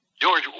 George